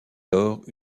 lors